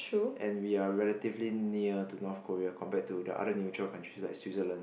and we are relatively near to North-Korea compared to the other neutral countries like Switzerland